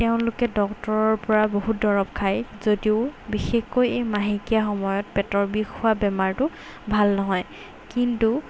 তেওঁলোকে ডক্টৰৰপৰা বহুত দৰৱ খায় যদিও বিশেষকৈ এই মাহেকীয়া সময়ত পেটৰ বিষ হোৱা বেমাৰটো ভাল নহয় কিন্তু